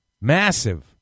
massive